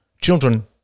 children